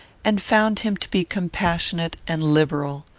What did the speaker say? and found him to be compassionate and liberal.